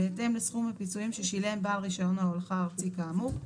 בהתאם לסכום הפיצויים ששילם בעל רישיון ההולכה הארצי כאמור,